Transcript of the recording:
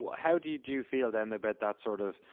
how did you feel then about that sort of,